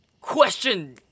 Question